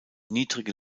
niedrige